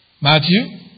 Matthew